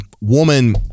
woman